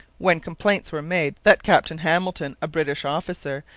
when complaints were made that captain hamilton, a british officer,